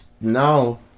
now